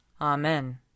Amen